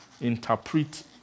interpret